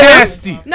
nasty